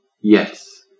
Yes